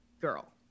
Girl